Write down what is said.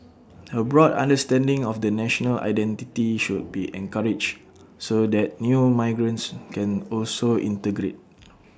A broad understanding of the national identity should be encouraged so that new migrants can also integrate